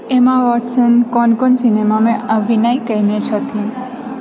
Emma Watson कोन कोन सिनेमामे अभिनय केने छथि